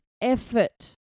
effort